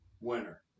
winner